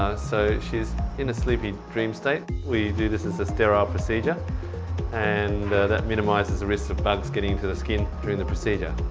so, she's in a sleepy dream state. we do this as a sterile procedure and that minimizes the risk of bugs getting into the skin during the procedure.